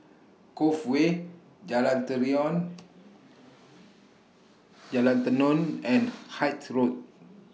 Cove Way Jalan Tenon and Hythe Road